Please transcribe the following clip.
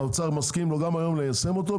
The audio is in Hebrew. האוצר מסכים לו גם היום ליישם אותו,